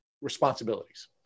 responsibilities